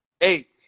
Eight